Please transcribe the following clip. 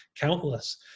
countless